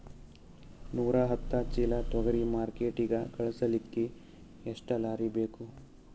ನೂರಾಹತ್ತ ಚೀಲಾ ತೊಗರಿ ಮಾರ್ಕಿಟಿಗ ಕಳಸಲಿಕ್ಕಿ ಎಷ್ಟ ಲಾರಿ ಬೇಕು?